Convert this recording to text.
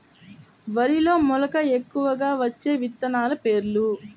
వరిలో మెలక ఎక్కువగా వచ్చే విత్తనాలు పేర్లు?